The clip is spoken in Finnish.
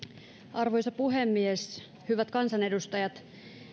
arvoisa puhemies hyvät kansanedustajat